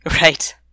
right